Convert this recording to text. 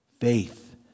Faith